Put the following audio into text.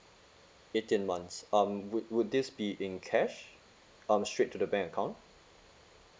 eighteen months um would would this be in cash um straight to the bank account